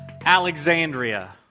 Alexandria